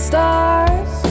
stars